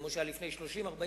כמו שהיה לפני 30 40 שנה,